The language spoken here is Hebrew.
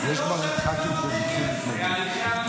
למה מקפחים את הגולן?